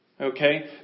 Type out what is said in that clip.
okay